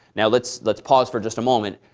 now, let's let's pause for just a moment.